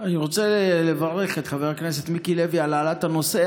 אני רוצה לברך את חבר הכנסת מיקי לוי על העלאת הנושא,